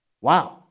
Wow